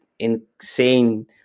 insane